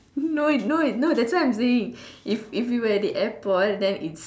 no it no it no that's why I'm saying if if we were at the airport then it's